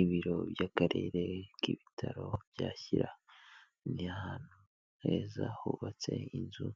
Ibiro by'Akarere k'ibitaro bya Shyira, ni ahantu heza hubatse inzu